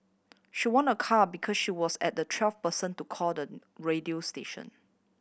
she won a car because she was as the twelfth person to call the radio station